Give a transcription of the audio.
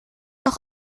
noch